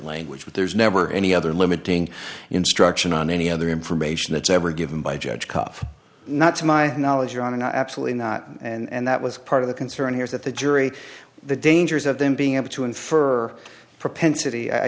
language but there's never any other limiting instruction on any other information that's ever given by judge cuffe not to my knowledge or on a not absolutely not and that was part of the concern here is that the jury what the dangers of them being able to infer propensity i